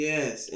Yes